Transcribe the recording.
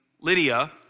Lydia